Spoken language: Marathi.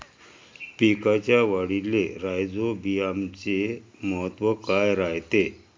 पिकाच्या वाढीले राईझोबीआमचे महत्व काय रायते?